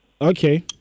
Okay